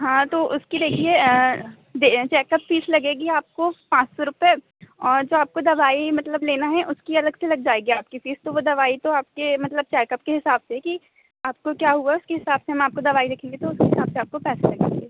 हाँ तो उसकी देखिए चेकअप फ़ीस लगेगी आपको पाँच सौ रुपए और जो आपको दवाई मतलब लेना है उसकी अलग से लग जाएगी आपकी फ़ीस तो वो दवाई तो आपके मतलब चेकअप के हिसाब से कि आपको क्या हुआ है उसके हिसाब से हम आपको दवाई लिखेंगे तो उस हिसाब से आपको पैसे लगेंगे